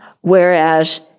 Whereas